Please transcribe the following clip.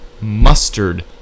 mustard